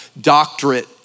doctorate